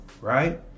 right